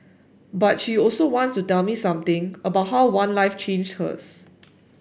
but she also wants to tell me something about how one life changed hers